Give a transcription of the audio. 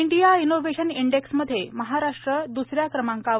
India innovation index मध्ये महाराष्ट्र द्रसऱ्या क्रमांकावर